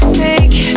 take